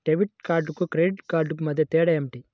Debit కార్డుకు credit కార్డుకు మధ్య తేడా ఏమిటీ?